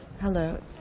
Hello